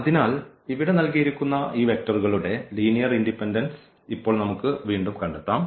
അതിനാൽ ഇവിടെ നൽകിയിരിക്കുന്ന ഈ വെക്റ്ററുകളുടെ ലീനിയർ ഇൻഡിപെൻഡൻസ് ഇപ്പോൾ നമുക്ക് വീണ്ടും കണ്ടെത്താം